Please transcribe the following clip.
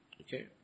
Okay